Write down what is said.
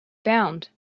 bound